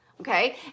Okay